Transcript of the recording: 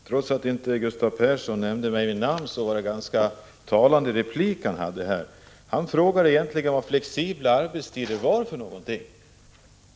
Herr talman! Trots att Gustav Persson inte nämnde mig vid namn var det en ganska talande replik han hade. Han frågade egentligen vad flexibla arbetstider var för någonting.